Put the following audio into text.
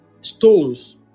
stones